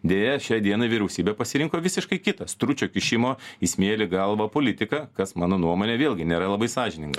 deja šiai dienai vyriausybė pasirinko visiškai kitą stručio kišimo į smėlį galvą politiką kas mano nuomone vėlgi nėra labai sąžininga